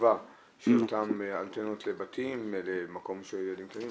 קרבה של אותן אנטנות לבתים, למקום שנמצאים